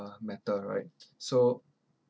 uh matter right so